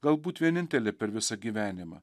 galbūt vienintelė per visą gyvenimą